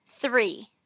Three